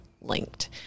linked